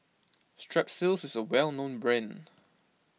Strepsils is a well known brand